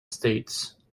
states